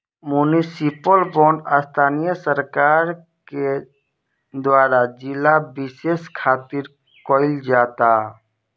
municipal bond स्थानीय सरकार के द्वारा जिला बिशेष खातिर कईल जाता